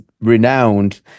renowned